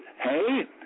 Hey